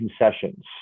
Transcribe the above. concessions